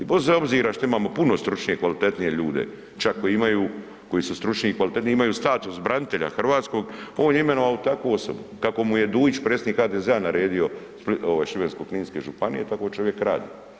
I bez obzira što imamo puno stručnije i kvalitetnije ljude čak koji su stručni i kvalitetniji i imaju status branitelja hrvatskog, on je imenovao takvu osobu, kako mu je Duić predsjednik HDZ naredio ovaj Šibensko-kninske županije tako čovjek radi.